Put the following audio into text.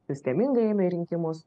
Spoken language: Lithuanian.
sistemingai eina į rinkimus